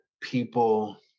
people